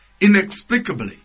inexplicably